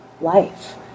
life